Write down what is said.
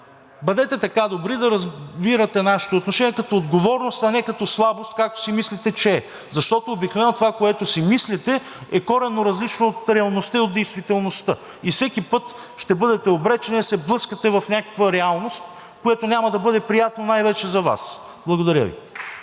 Бъдете така добри да разбирате нашето отношение като отговорност, а не като слабост, както си мислете, че е, защото обикновено това, което си мислите, е коренно различно от реалността и от действителността и всеки път ще бъдете обречени да се блъскате в някаква реалност, което няма да бъде приятно най-вече за Вас. Благодаря Ви.